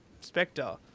Spectre